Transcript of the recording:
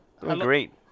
Great